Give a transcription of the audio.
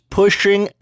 pushing